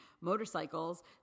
motorcycles